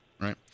Right